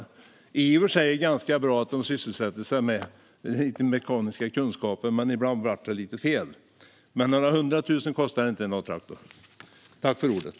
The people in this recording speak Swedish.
Det är i och för sig ganska bra att de sysselsätter sig med lite mekaniska kunskaper, men ibland blir det lite fel. Men en A-traktor kostar inga 100 000.